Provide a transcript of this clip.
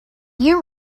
you